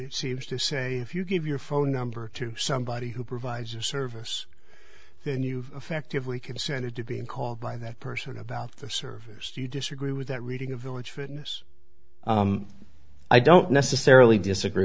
it seems to say if you give your phone number to somebody who provides a service then you affectively consented to being called by that person about the service you disagree with that reading a village fitness i don't necessarily disagree